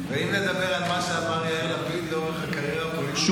ואם נדבר על מה שאמר יאיר לפיד לאורך הקריירה הפוליטית,